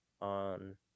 on